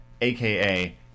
AKA